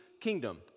kingdom